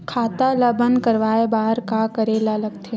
खाता ला बंद करवाय बार का करे ला लगथे?